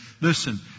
Listen